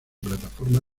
plataforma